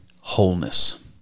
wholeness